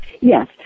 Yes